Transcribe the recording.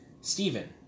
Stephen